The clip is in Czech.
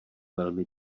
velmi